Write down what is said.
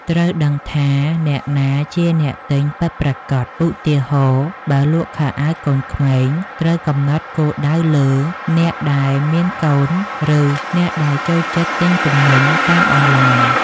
ត្រូវដឹងថាអ្នកណាជាអ្នកទិញពិតប្រាកដ ឧទាហរណ៍៖ បើលក់ខោអាវកូនក្មេង ត្រូវកំណត់គោលដៅលើ "អ្នកដែលមានកូន" ឬ "អ្នកដែលចូលចិត្តទិញទំនិញតាមអនឡាញ"។